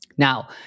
Now